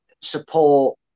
support